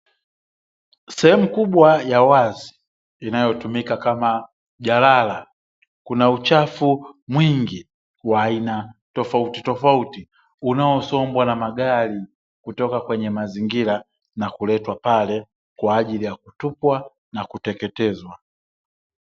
Sehemu kubwa ya wazi inayotumika kama jalala, kuna uchafu mwingi wa aina tofauti tofauti, unaosombwa na magari na kuletwa pale kwa ajili ya kutupwa na kuteketezwa.